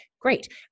Great